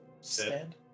stand